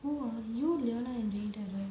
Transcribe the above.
who ah you leona and raydor right